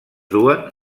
duen